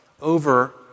over